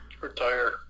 Retire